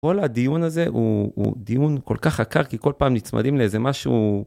כל הדיון הזה הוא דיון כל כך עקר כי כל פעם נצמדים לאיזה משהו